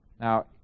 Now